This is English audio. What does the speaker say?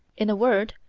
in a word,